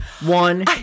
one